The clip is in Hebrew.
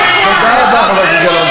תודה רבה, חברת הכנסת גלאון.